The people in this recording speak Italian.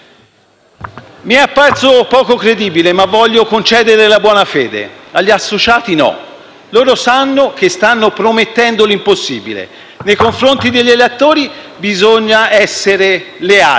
Mi è apparso poco credibile, ma voglio concederle la buona fede; agli associati no: loro sono sanno che stanno promettendo l'impossibile. Nei confronti degli elettori bisogna essere leali,